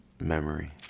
memory